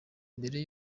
mbere